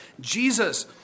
Jesus